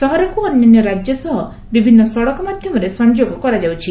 ସହରକୁ ଅନ୍ୟାନ୍ୟ ରାଜ୍ୟ ସହ ବିଭିନ୍ନ ସଡ଼କ ମାଧ୍ୟମରେ ସଂଯୋଗ କରାଯାଉଛି